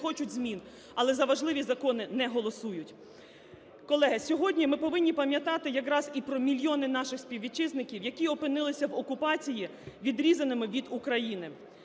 хочуть змін, але за важливі закони не голосують. Колеги, сьогодні ми повинні пам'ятати якраз і про мільйони наших співвітчизників, які опинилися в окупації, відрізаними від України.